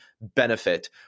benefit